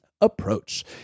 approach